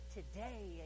today